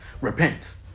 repent